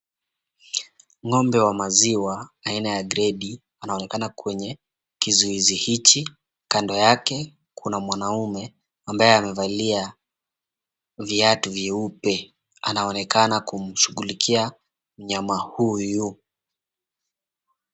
Ng'ombe wa maziwa aina ya gredi anaonekana kwenye kizuizi hichi. Kando yake kuna mwanaume ambaye amevalia viatu vyeupe. Anaonekana kumshughulikia mnyama huyu.